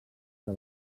que